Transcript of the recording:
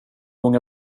många